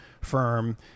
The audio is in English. firm